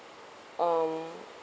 um